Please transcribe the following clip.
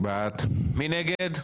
מי נגד?